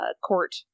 court